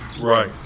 Right